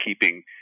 keeping